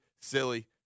silly